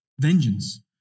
vengeance